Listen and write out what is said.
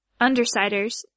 Undersiders